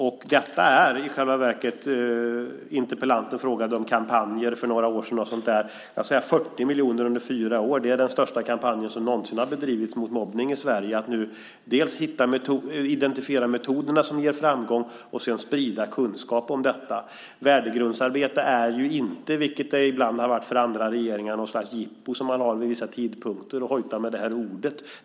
Interpellanten frågade om kampanjer som genomfördes för några år sedan. Jag vill säga att 40 miljoner under fyra år är den största kampanj som någonsin har bedrivits i Sverige mot mobbning. Man ska identifiera metoderna som ger framgång och sedan sprida kunskap om detta. Värdegrundsarbete är inte - vilket det ibland har varit för andra regeringar - något slags jippo som man har vid vissa tidpunkter då man hojtar med detta ord.